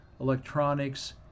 electronics